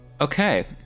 Okay